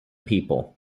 people